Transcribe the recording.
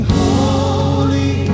holy